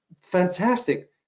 fantastic